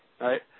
right